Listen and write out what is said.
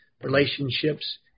relationships